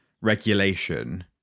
regulation